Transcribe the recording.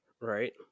right